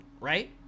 right